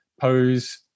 pose